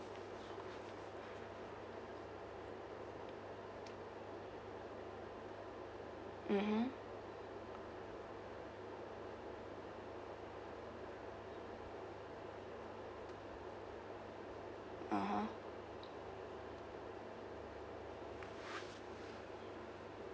mmhmm (uh huh)